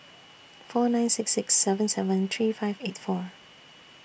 four nine six six seven seven three five eight four